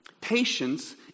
patience